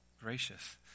gracious